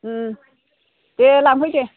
दे लांफै दे